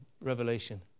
revelation